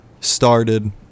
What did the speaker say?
started